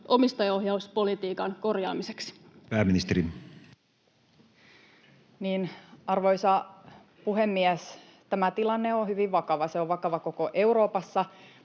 omistajaohjauspolitiikan korjaamiseksi? Pääministeri. Arvoisa puhemies! Tämä tilanne on hyvin vakava. Se on vakava koko Euroopassa.